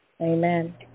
Amen